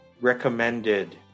recommended